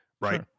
Right